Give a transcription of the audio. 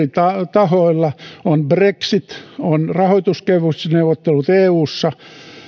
tahoilla on brexit on rahoituskehysneuvottelut eussa